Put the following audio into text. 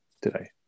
today